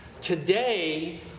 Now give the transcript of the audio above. Today